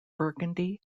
burgundy